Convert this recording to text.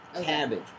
cabbage